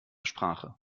sprache